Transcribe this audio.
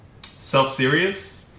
self-serious